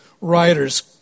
writers